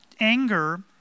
Anger